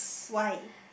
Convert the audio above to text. why